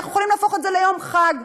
אנחנו יכולים להפוך את זה ליום חג,